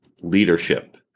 leadership